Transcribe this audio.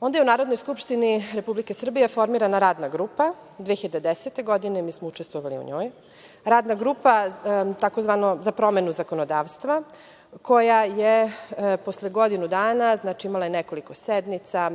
Onda je u Narodnoj skupštini Republike Srbije formirana radna grupa 2010. godine. Mi smo učestvovali u njoj. Radna grupa, tzv. „za promenu zakonodavstva“ koja je posle godinu dana, znači imala je nekoliko sednica,